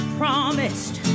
promised